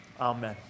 Amen